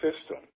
system